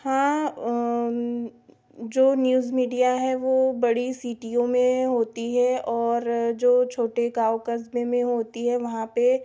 हाँ जो news media है वह बड़ी सीटियों में होती है और जो छोटे गाँव कस्बे में होती है वहाँ पर